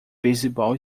beisebol